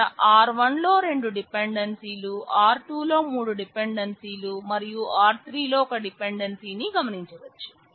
ఇక్కడ R1 లో రెండు డెపెండెన్సీలు R2 లో మూడు డిపెండెన్సీలు మరియు R3 లో ఒక డిపెండెన్సీని గమనించవచ్చు